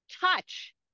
touch